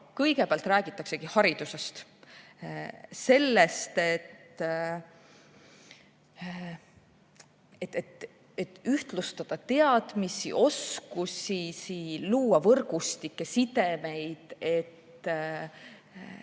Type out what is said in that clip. kõigepealt räägitaksegi haridusest, sellest, et tuleb ühtlustada teadmisi, oskusi, luua võrgustikke, sidemeid, et